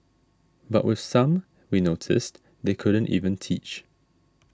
but with some we noticed they couldn't even teach